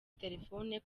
telefone